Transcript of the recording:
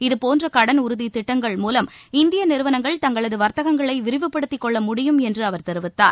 இதபோன்ற கடன் உறுதி திட்டங்கள் மூலம் இந்திய நிறுவனங்கள் தங்களது வர்த்தகங்களை விரிவுப்படுத்திக்கொள்ள முடியும் என்று அவர் தெரிவித்தார்